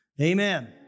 amen